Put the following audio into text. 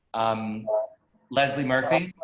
i'm leslie murphy.